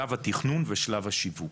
שלב התכנון ושלב השיווק,